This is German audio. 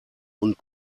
und